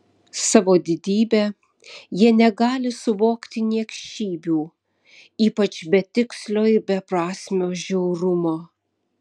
savo didybe jie negali suvokti niekšybių ypač betikslio ir beprasmio žiaurumo